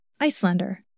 Icelander